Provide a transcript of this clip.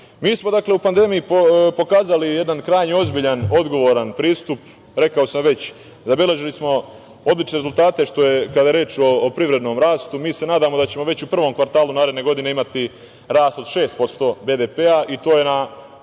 smo u pandemiji pokazali jedan krajnje ozbiljan, odgovoran pristup. Rekao sam već, zabeležili smo odlične rezultate kada je reč o privrednom rastu. Mi se nadamo da ćemo već u prvom kvartalu naredne godine imati rast od 6% BDP-a, i to je